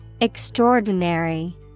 Extraordinary